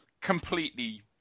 Completely